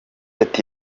ati